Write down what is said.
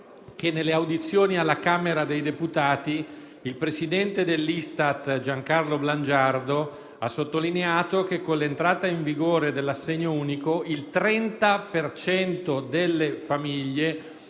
che nelle audizioni alla Camera dei deputati il presidente dell'Istat Gian Carlo Blangiardo ha sottolineato che, con l'entrata in vigore dell'assegno unico, il 30 per cento delle famiglie